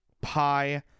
pie